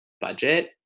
budget